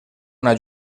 una